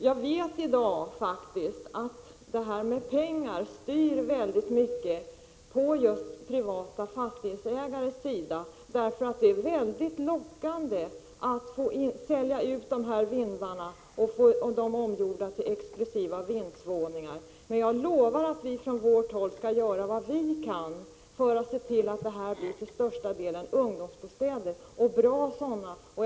Jag vet att det faktiskt är pengar som i dag styr väldigt mycket av de privata fastighetsägarnas handlande, och det är lockande att sälja dessa vindar och få dem inredda som exklusiva vindsvåningar. Jag lovar att vi från vårt håll skall göra vad vi kan för att se till att detta till största delen blir ungdomsbostäder, och bra sådana.